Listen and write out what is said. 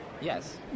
Yes